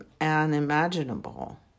unimaginable